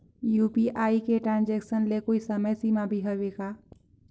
UPI के transaction ले कोई समय सीमा भी हवे का?